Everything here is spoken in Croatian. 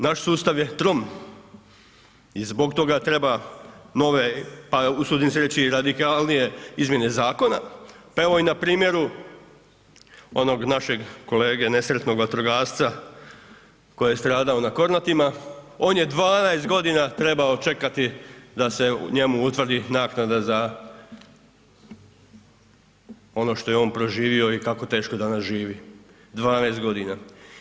Naš sustav je trom i zbog treba nove pa usudim se reći i radikalnije izmjene zakona, pa evo i na primjeru onog našeg kolege nesretnog vatrogasca koji je stradao na Kornatima, on je 12 g. trebao čekati da se njemu utvrdi naknada za ono što je on proživio i kako teško danas živi, 12 godina.